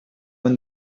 when